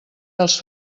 dels